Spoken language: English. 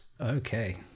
Okay